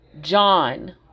john